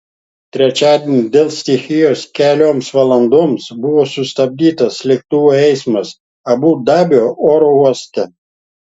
trečiadienį dėl stichijos kelioms valandoms buvo sustabdytas lėktuvų eismas abu dabio oro uoste